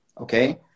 okay